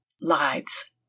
lives